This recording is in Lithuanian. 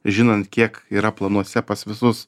žinant kiek yra planuose pas visus